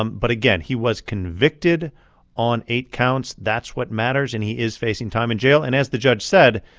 um but again, he was convicted on eight counts. that's what matters. and he is facing time in jail. and as the judge said,